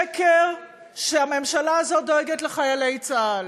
1. שקר, שהממשלה הזו דואגת לחיילי צה"ל.